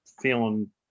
feeling